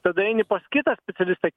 tada eini pas kitą specialistą